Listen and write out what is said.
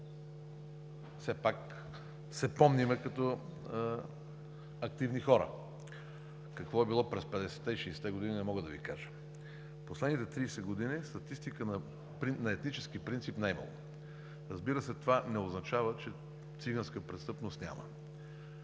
все пак се помним като активни хора. Какво е било през 50-те и 60-те години не мога да Ви кажа. Последните 30 години статистика на етнически принцип не е имало. Разбира се, това не означава, че циганска престъпност няма.